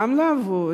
גם לעבוד,